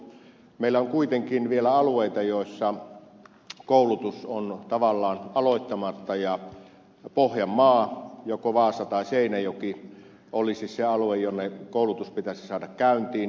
meillä on kuitenkin vielä alueita joissa koulutus on tavallaan aloittamatta ja pohjanmaa joko vaasa tai seinäjoki olisi se alue jonne koulutus pitäisi saada käyntiin